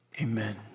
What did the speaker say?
Amen